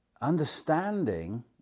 Understanding